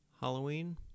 Halloween